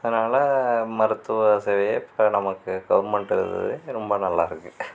அதனால மருத்துவ சேவையே இப்போ நமக்கு கவுர்மெண்ட் ரொம்ப நல்லாயிருக்கு